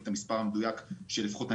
את המעט שיש לו פה אנחנו מנסים לקצץ.